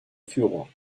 führung